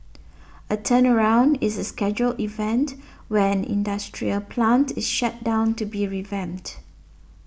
a turnaround is a scheduled event where an industrial plant is shut down to be revamped